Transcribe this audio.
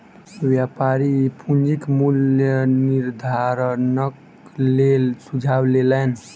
व्यापारी पूंजीक मूल्य निर्धारणक लेल सुझाव लेलैन